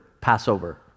Passover